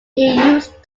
used